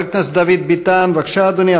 חבר הכנסת דוד ביטן, בבקשה, אדוני.